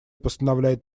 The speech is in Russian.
постановляет